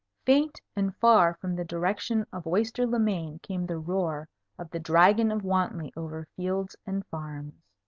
faint and far from the direction of oyster-le-main came the roar of the dragon of wantley over fields and farms.